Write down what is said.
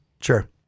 Sure